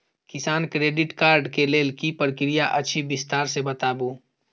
किसान credit card के लेल की प्रक्रिया अछि विस्तार से बताबू?